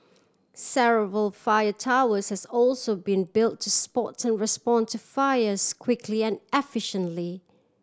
several fire towers has also been built to spot and respond to fires quickly and efficiently